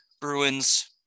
Bruins